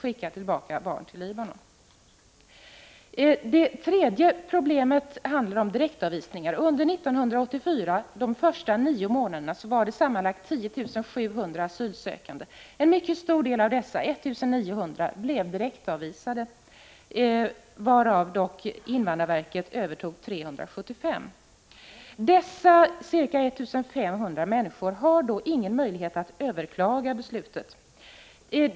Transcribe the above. Det tredje problemet handlar om direktavvisningar. Under de första nio månaderna 1984 var det sammanlagt 10 700 asylsökande. En mycket stor del av dessa, 1 900, blev direktavvisade, men senare övertog invandrarverket ärendena i 375 fall. Dessa ca 1 500 människor hade ingen möjlighet att överklaga besluten om direktavvisning.